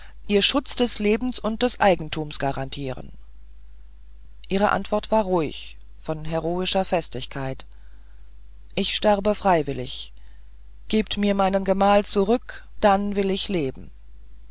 ihr schutz des lebens und des eigentums garantieren ihre antwort war ruhig von heroischer festigkeit ich sterbe freiwillig gebt mir meinen gemahl zurück dann will ich leben